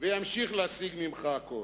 וימשיך להשיג ממך הכול.